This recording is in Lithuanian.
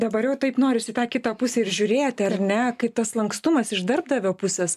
dabar jau taip norisi į tą kitą pusę ir žiūrėti ar ne kaip tas lankstumas iš darbdavio pusės